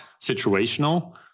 situational